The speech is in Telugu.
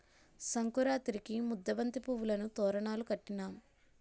సంకురాతిరికి ముద్దబంతి పువ్వులును తోరణాలును కట్టినాం